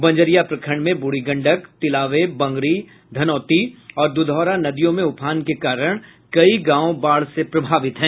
बंजरिया प्रखंड में ब्रूढ़ी गंडक तिलावे बंगरी धनौती और द्रधौरा नदियों में उफान के कारण कई गांव बाढ़ से प्रभावित हैं